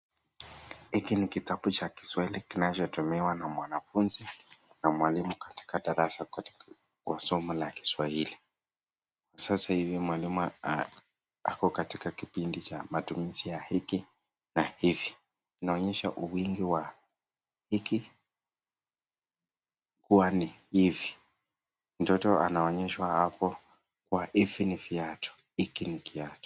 Hiki ni kitabu cha Kiswahili kinachotumiwa na mwanafunzi na mwalimu katika darasa katika kwa somo la Kiswahili. Kwa sasa hivi mwalimu ako katika kipindi cha matumizi ya hiki na hivi. Inaonyesha wingi wa hiki huwa ni hivi. Mtoto anaonyeshwa hapo kuwa hivi ni viatu, hiki ni kiatu.